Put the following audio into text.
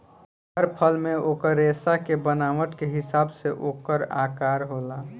हर फल मे ओकर रेसा के बनावट के हिसाब से ओकर आकर होला